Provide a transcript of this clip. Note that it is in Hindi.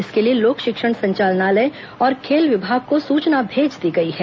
इसके लिए लोक शिक्षण संचालनालय और खेल विभाग को सूचना भेज दी गई है